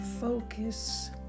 focus